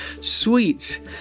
Sweet